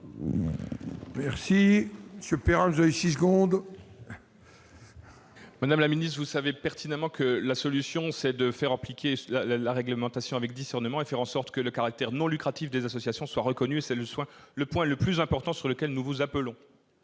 Perrin, pour la réplique, en six secondes. Madame la ministre, vous savez pertinemment que la solution, c'est de faire appliquer la réglementation avec discernement et de faire en sorte que le caractère non lucratif des associations soit reconnu. C'est le point le plus important sur lequel nous appelons